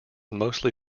mostly